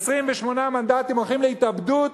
28 מנדטים הולכים להתאבדות?